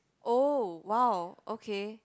oh !wow! okay